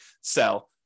sell